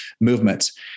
movements